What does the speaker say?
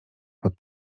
pod